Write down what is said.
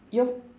you